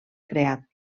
creat